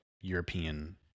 European